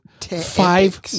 five